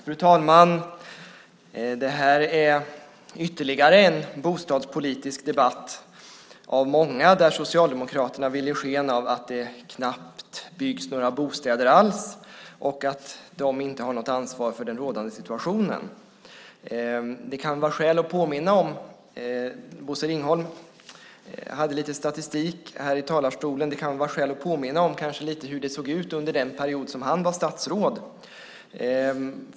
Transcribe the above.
Fru talman! Det här är ytterligare en bostadspolitisk debatt av många där Socialdemokraterna vill ge sken av att det knappt byggs några bostäder alls och att de inte har något ansvar för den rådande situationen. Bosse Ringholm hade lite statistik här i talarstolen. Det kanske kan vara skäl att påminna lite om hur det såg ut under den period som han var statsråd.